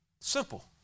Simple